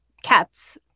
cats